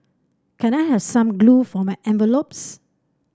can I have some glue for my envelopes